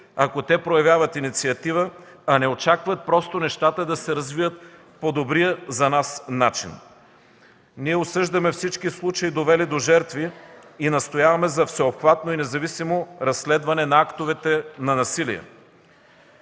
ако те проявяват инициатива, а не очакват просто нещата да се развият по добрия за нас начин. Ние осъждаме всички случаи, довели до жертви, и настояваме за всеобхватно и независимо разследване на актовете на насилие.